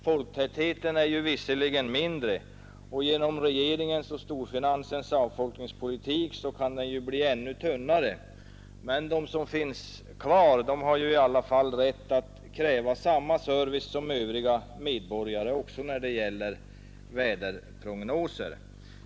Folktätheten är visserligen mindre — och genom regeringens och storfinansens avfolkningspolitik kan den bli ännu mindre — men de som finns kvar har i alla fall rätt att kräva samma service som övriga medborgare också när det gäller väderprognoser.